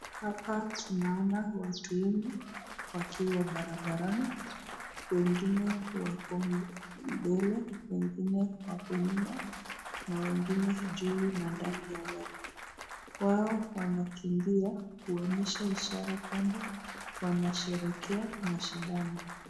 hapa tunaona watu wakiwa barabarani wengine wako mbele, wengine wako nyuma na wengine juu na ndani ya..wao wanakimbia kuonyesha ishara kwamba wanasherehekea mashindano.